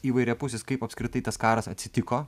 įvairiapusis kaip apskritai tas karas atsitiko